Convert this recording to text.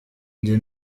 njye